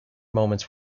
moments